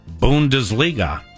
Bundesliga